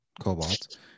cobalt